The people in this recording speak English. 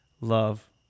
love